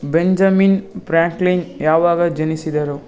Benjamin Franklin ಯಾವಾಗ ಜನಿಸಿದರು